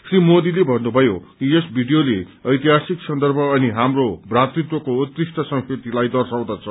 श्री मोदीले भन्नुभयो कि यस भिडियोले ऐतिहासिक सन्दर्भ अनि हाम्रो भातृष्को उत्कृष्ट संस्कृतिलाई दर्शाउँदछ